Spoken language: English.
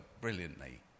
brilliantly